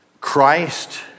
Christ